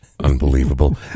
Unbelievable